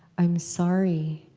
i'm sorry